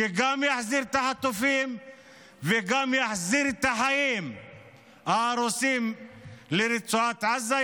שגם יחזיר את החטופים וגם יחזיר את החיים ההרוסים לרצועת עזה.